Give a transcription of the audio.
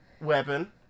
weapon